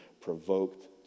provoked